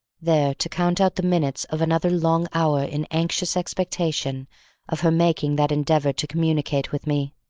there to count out the minutes of another long hour in anxious expectation of her making that endeavor to communicate with me,